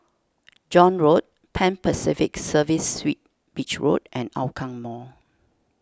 John Road Pan Pacific Serviced Suites Beach Road and Hougang Mall